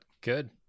Good